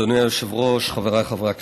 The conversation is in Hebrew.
אדוני היושב-ראש, חבריי חברי הכנסת,